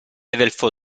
evelfo